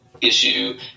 issue